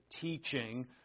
teaching